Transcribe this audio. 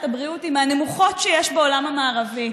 הבריאות היא מהנמוכות שיש בעולם המערבי,